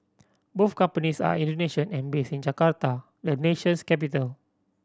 both companies are Indonesian and based in Jakarta the nation's capital